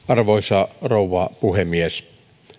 arvoisa rouva puhemies